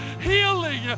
healing